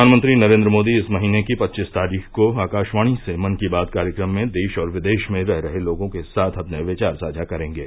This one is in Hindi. प्रधानमंत्री नरेन्द्र मोदी इस महीने की पच्चीस तारीख को आकाशवाणी से मन की बात कार्यक्रम में देश और विदेश में रह रहे लोगों के साथ अपने विचार साझा करेंगे